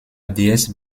déesse